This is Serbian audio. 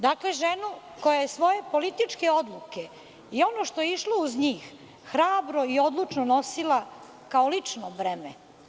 Dakle, ženu koja je svoje političke odluke, ono što je išlo uz njih, hrabro i odlučno nosila kao lično breme.